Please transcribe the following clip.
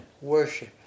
worship